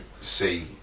see